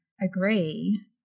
agree